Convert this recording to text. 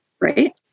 right